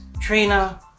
Trina